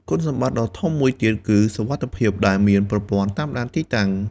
គុណសម្បត្តិដ៏ធំមួយទៀតគឺសុវត្ថិភាពដែលមានប្រព័ន្ធតាមដានទីតាំង។